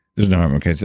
there's no harm, okay.